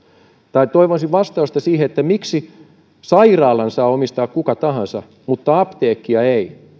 ja toivoisin vastausta siihen miksi sairaalan saa omistaa kuka tahansa mutta apteekkia ei